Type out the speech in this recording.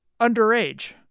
underage